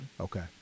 Okay